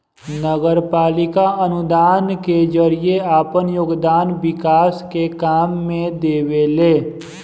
नगरपालिका अनुदान के जरिए आपन योगदान विकास के काम में देवेले